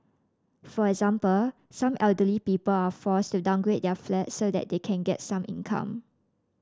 for example some elderly people are forced to downgrade their flats so that they can get some income